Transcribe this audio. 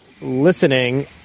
listening